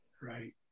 Right